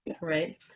right